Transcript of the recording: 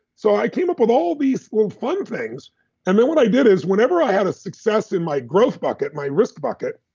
so i came up with all these little fun things and then what i did is, whenever i had a success in my growth bucket, my risk bucket,